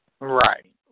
Right